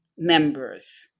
members